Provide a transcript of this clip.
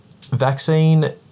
Vaccine